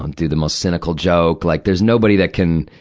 um do the most cynical joke. like, there's nobody that can,